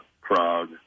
Prague